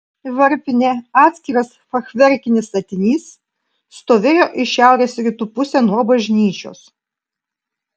varpinė atskiras fachverkinis statinys stovėjo į šiaurės rytų pusę nuo bažnyčios